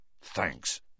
thanks